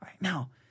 Now